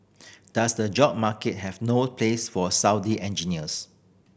does the job market have no place for Saudi engineers